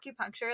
acupuncture